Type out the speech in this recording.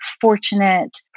fortunate